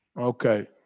Okay